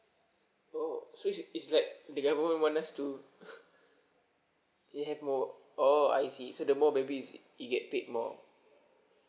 oh so it's it's like the government want us to to have more oh I see so the more babies you get paid more